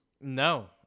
No